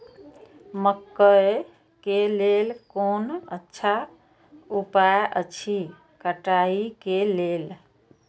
मकैय के लेल कोन अच्छा उपाय अछि कटाई के लेल?